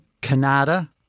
Canada